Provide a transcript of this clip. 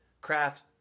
craft